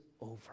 over